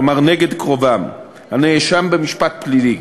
כלומר נגד קרובם הנאשם במשפט פלילי.